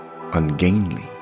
ungainly